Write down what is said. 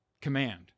command